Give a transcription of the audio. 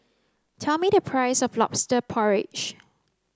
tell me the price of lobster porridge